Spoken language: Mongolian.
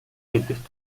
гэдэгт